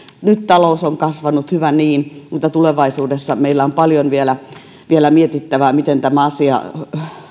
nyt talous on kasvanut hyvä niin mutta tulevaisuudessa meillä on paljon vielä vielä mietittävää miten tämä asia